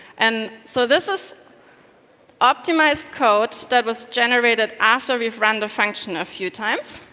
and so this is optimised code that was generated after we have run the function a few times.